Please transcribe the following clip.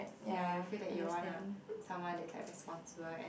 ya you feel that you wanna someone that is responsible and